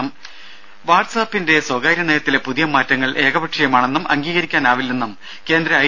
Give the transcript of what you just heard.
രുര വാട്സ്ആപ്പിന്റെ സ്വകാര്യ നയത്തിലെ പുതിയ മാറ്റങ്ങൾ ഏകപക്ഷീയമാണെന്നും അംഗീകരിക്കാനാവില്ലെന്നും കേന്ദ്ര ഐ